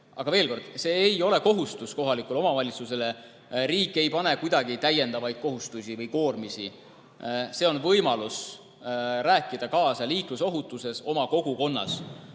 Aga veel kord, see ei ole kohustus kohalikule omavalitsusele. Riik ei pane kuidagi täiendavaid kohustusi või koormisi. See on võimalus rääkida kaasa liiklusohutuses oma kogukonnas.